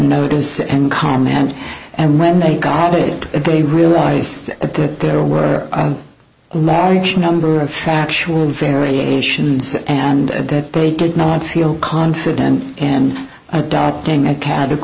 notice and comment and when they got it they realized that there were marriage number of factual variations and that they did not feel confident and adapting at cat